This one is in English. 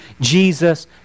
Jesus